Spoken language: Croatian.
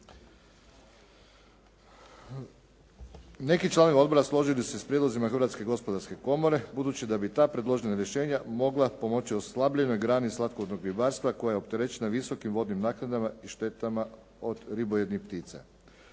Neki članovi odbora složili su se s prijedlozima Hrvatske gospodarske komore budući da bi ta predložena rješenja mogla pomoći oslabljenoj grani slatkovodnog ribarstva koja je opterećena visokim vodnim naknadama i štetama od ribojednih ptica.